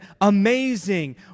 Amazing